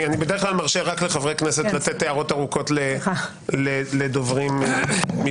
אני בדרך כלל מרשה רק לחברי כנסת להעיר הערות ארוכות לדוברים מבחוץ.